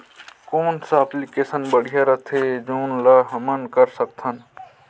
कौन सा एप्लिकेशन बढ़िया रथे जोन ल हमन कर सकथन?